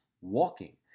walking